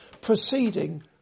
proceeding